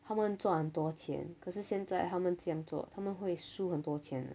他们赚很多钱可是现在他们这样做他们会输很多钱